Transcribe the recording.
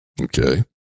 Okay